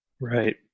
Right